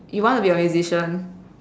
you want to be a musician